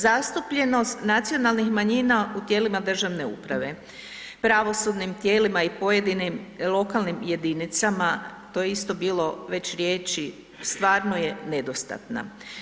Zastupljenost nacionalnih manjina u tijelima državne uprave, pravosudnim tijelima i pojedinim lokalnim jedinicama, to je isto bilo već riječi, stvarno je nedostatna.